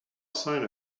sign